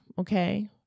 okay